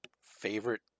favorite